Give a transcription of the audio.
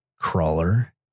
Crawler